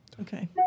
Okay